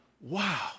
Wow